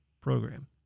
program